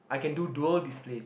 I can do dual displays